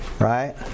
right